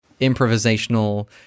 improvisational